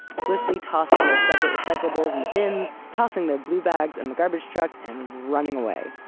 swiftly tossing their separate recyclables in the bins, tossing their blue bags in the garbage truck and running away.